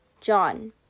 John